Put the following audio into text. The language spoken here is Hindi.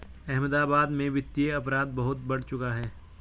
अहमदाबाद में वित्तीय अपराध बहुत बढ़ चुका है